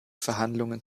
verhandlungen